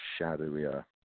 shadowier